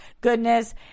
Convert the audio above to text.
goodness